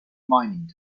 mining